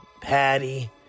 Patty